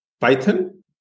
Python